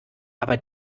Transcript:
aber